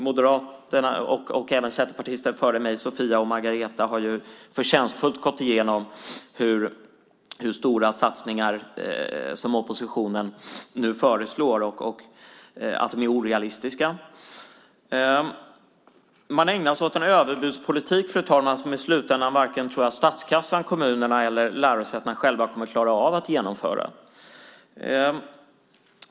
Sofia och Margareta, centerpartisten och moderaten före mig, har förtjänstfullt gått igenom hur stora satsningar oppositionen föreslår och visat att de är orealistiska. Fru talman! Man ägnar sig åt en överbudspolitik som i slutändan varken statskassan, kommunerna eller lärosätena kommer att klara av att genomföra.